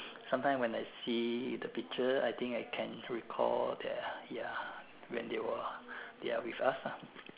sometimes when I see the picture I think I can recall the ya when they were they are with us ah